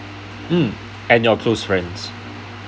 um and your close friends